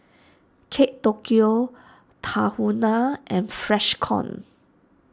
Kate Tokyo Tahuna and Freshkon